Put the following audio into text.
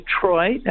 Detroit